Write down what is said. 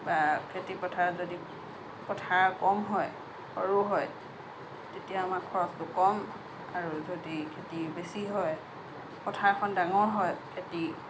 বা খেতি পথাৰ যদি পথাৰ কম হয় সৰু হয় তেতিয়া আমাৰ খৰচটো কম আৰু যদি খেতি বেছি হয় পথাৰখন ডাঙৰ হয় খেতি